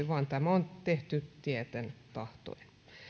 vaan tämä on tehty tieten tahtoen